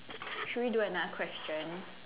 should we do another question